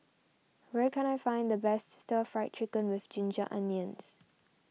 where can I find the best Stir Fry Chicken with Ginger Onions